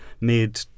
made